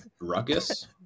ruckus